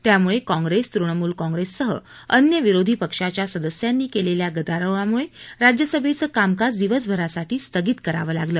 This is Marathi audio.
त्यामुळे काँग्रेस तृणमूल काँग्रेससह अन्य विरोधी पक्षांच्या सदस्यांनी केलेल्या गदारोळामुळे राज्यसभेचा कामकाज दिवसभरासाठी स्थगित करावं लागलं